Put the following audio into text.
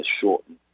shortened